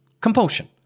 compulsion